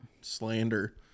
slander